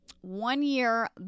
one-year